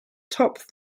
topped